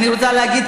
אני רוצה להגיד,